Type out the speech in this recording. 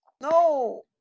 No